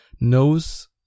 knows